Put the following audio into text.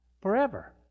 forever